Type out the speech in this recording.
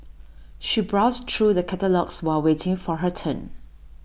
she browsed through the catalogues while waiting for her turn